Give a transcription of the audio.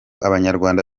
abanyarwanda